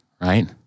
right